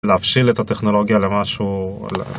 להבשיל את הטכנולוגיה למשהו.